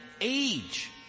age